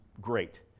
great